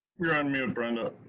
you're on mute, brenda.